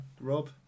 Rob